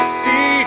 see